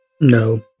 No